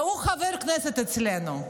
והוא חבר כנסת אצלנו?